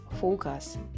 Focus